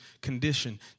condition